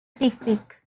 pickwick